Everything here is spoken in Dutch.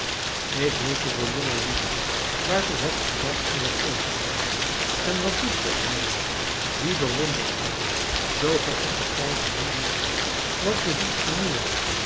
ik hield u voor jongelieden waartoe hebt ge dan uwe geestdrift en wat doet ge er meê wien bewondert ge zoo ge het den keizer niet doet wat behoeft ge meer